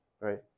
right